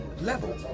level